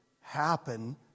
happen